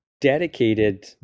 dedicated